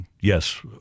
yes